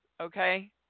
Okay